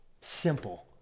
Simple